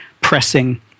pressing